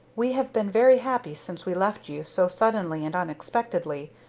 we have been very happy since we left you so suddenly and unexpectedly.